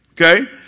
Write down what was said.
Okay